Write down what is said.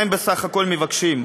מה הם בסך הכול מבקשים?